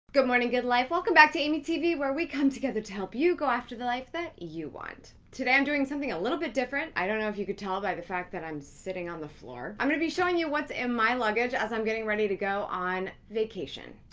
good morning, good life. welcome back to amy tv, where we come together to help you go after the life that you want. today i'm doing something a little bit different. i don't know if you could tell by the fact that i'm sitting on the floor. i'm gonna be showing you what's in my luggage as i'm getting ready to go on vacation.